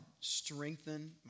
strengthen